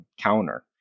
counter